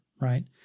right